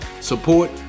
support